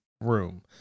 room